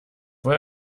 wohl